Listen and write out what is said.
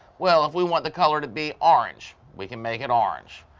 well if we want the color to be orange we can make it orange.